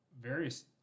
various